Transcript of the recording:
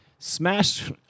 Smash